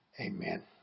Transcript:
Amen